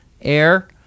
air